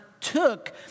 took